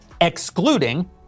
excluding